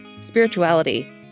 spirituality